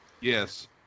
Yes